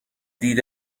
دید